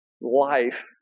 life